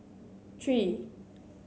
three